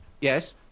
Yes